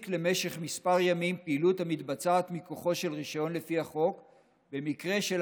למשך כמה ימים פעילות המתבצעת מכוחו של רישיון לפי החוק במקרה של